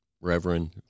reverend